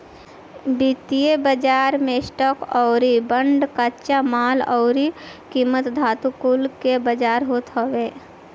वित्तीय बाजार मे स्टॉक अउरी बांड, कच्चा माल अउरी कीमती धातु कुल के बाजार होत हवे